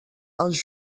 els